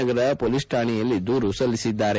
ನಗರ police ಠಾಣೆಯಲ್ಲಿ ದೂರು ದಾಖಲಿಸಿದ್ದಾರೆ